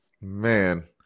Man